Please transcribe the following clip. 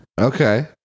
Okay